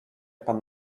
pan